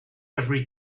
every